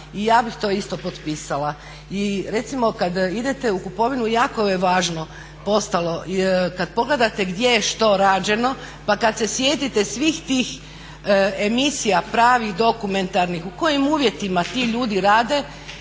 ja bih to isto potpisala. I recimo kad idete u kupovinu jako je važno postalo kad pogledate gdje je što rađeno pa kad se sjetite svih tih emisija pravih dokumentarnih u kojim uvjetima ti ljudi rade,